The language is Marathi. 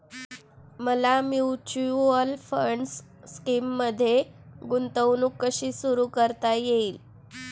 मला म्युच्युअल फंड स्कीममध्ये गुंतवणूक कशी सुरू करता येईल?